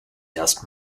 erst